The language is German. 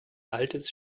altes